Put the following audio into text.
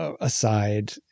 aside